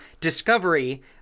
discovery